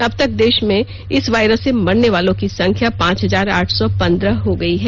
अब तक देश में इस वायरस से मरने वालों की संख्या पांच हजार आठ सौ पंद्रह हो गई है